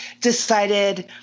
decided